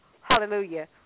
Hallelujah